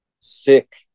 sick